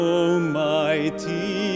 Almighty